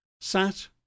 sat